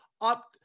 Up